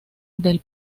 del